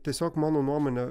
tiesiog mano nuomonė